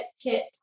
kit